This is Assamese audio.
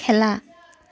খেলা